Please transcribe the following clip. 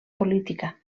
política